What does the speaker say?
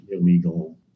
illegal